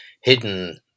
hidden